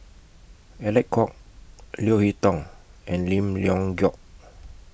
Alec Kuok Leo Hee Tong and Lim Leong Geok